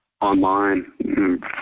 online